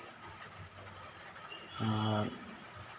ᱟᱨ